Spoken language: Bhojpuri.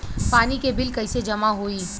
पानी के बिल कैसे जमा होयी?